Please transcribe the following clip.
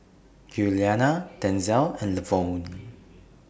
Giuliana Denzell and Lavonne